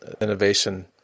innovation